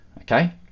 okay